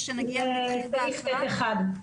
סעיף ט(1)